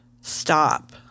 stop